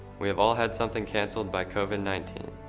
we have all had something canceled by covid nineteen,